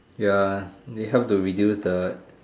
ya it help to reduce the